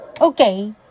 Okay